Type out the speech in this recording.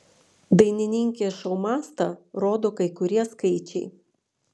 dainininkės šou mastą rodo kai kurie skaičiai